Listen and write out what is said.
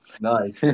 Nice